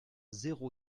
zéro